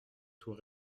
tout